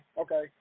okay